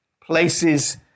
places